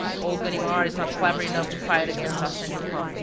old ganimard is not clever enough to fight against arsene lupin.